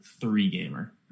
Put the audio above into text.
three-gamer